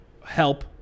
help